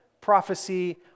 prophecy